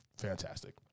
Fantastic